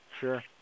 Sure